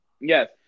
yes